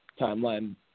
Timeline